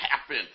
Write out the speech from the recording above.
happen